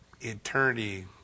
eternity